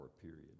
period